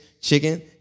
Chicken